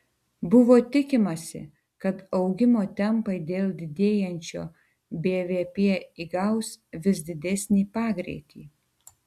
buvo tikimasi kad augimo tempai dėl didėjančio bvp įgaus vis didesnį pagreitį